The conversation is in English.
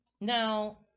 Now